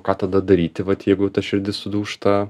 ką tada daryti vat jeigu ta širdis sudūžta